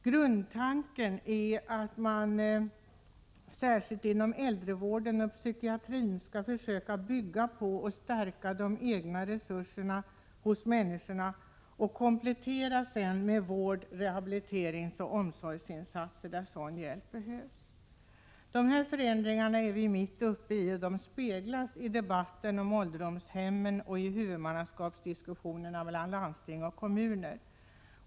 Grundtanken är att man särskilt inom äldrevården och psykiatrin skall försöka bygga på och stärka de egna resurserna hos människorna och sedan komplettera med vård-, rehabiliteringsoch omsorgsinsatser när sådan hjälp behövs. Vi är nu mitt uppe i genomförandet av sådana förändringar, vilket speglas i debatten om ålderdomshemmen och i huvudmannaskapsdiskussionerna mellan landsting och kommuner.